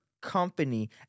Company